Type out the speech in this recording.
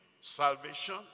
Salvation